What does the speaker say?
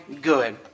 good